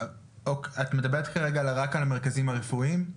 את מדברת כרגע רק על המרכזים הרפואיים?